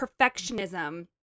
perfectionism